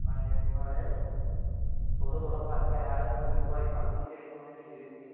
आं जी आं जी म्हाराज थोह्ड़ा थोह्ड़ा फर्क ऐ मतलब जेह्ड़ी दोआई तुसें लेइयै दित्ती ही ओह् लैती ही